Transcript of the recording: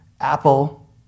Apple